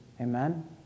Amen